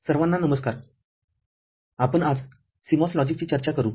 सर्वांना नमस्कारआपण आज CMOS लॉजिकची चर्चा करू